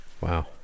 Wow